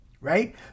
right